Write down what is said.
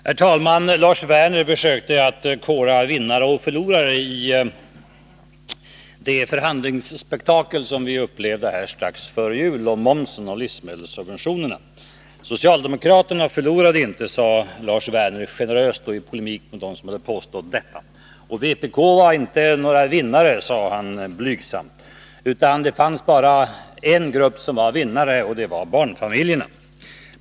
Herr talman! Lars Werner försökte att kora vinnare och förlorare i det förhandlingsspektakel som vi upplevde här strax före jul om momsen och livsmedelssubventionerna. Socialdemokraterna förlorade inte, sade Lars Werner generöst och i polemik med dem som hade påstått detta. Vpk var inte några vinnare, sade han blygsamt, utan det fanns bara en grupp som var vinnare, nämligen barnfamiljerna.